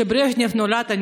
כשברז'נייב שלט.